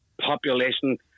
population